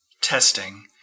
testing